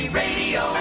radio